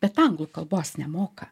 bet anglų kalbos nemoka